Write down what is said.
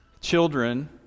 Children